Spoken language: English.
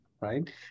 Right